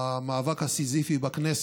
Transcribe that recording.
המאבק הסיזיפי בכנסת,